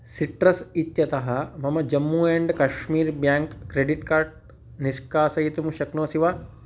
citrus इत्यतः मम Jammu and Kashmir bank credit card निष्कासयितुं शक्नोषि वा